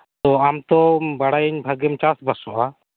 ᱛᱚ ᱟᱢ ᱛᱚ ᱵᱟᱲᱟᱭᱟᱹᱧ ᱵᱷᱟᱜᱤᱢ ᱪᱟᱥᱵᱟᱥᱚᱜᱼᱟ